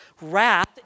wrath